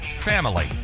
family